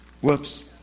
Whoops